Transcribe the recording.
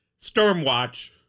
Stormwatch